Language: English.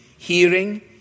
hearing